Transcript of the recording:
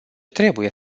trebuie